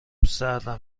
سردمه